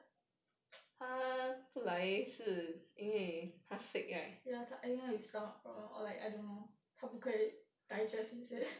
ya 她 I think 她有 stomach problem or like I don't know 她不可以 digest 那些